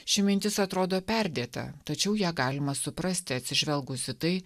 ši mintis atrodo perdėta tačiau ją galima suprasti atsižvelgus į tai